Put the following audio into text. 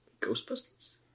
Ghostbusters